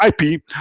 ip